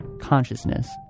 consciousness